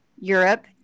Europe